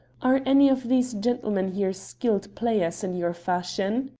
are any of these gentlemen here skilled players in your fashion?